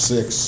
Six